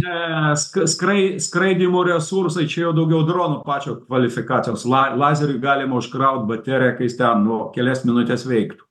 ne sk skrai skraidymo resursai čia jau daugiau dronų pačio kvalifikacijos la lazeriui galima užkraut bateriją ka jis ten nu kelias minutes veiktų